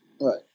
Right